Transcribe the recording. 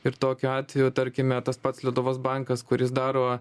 ir tokiu atveju tarkime tas pats lietuvos bankas kuris daro